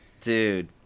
Dude